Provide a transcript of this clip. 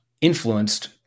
influenced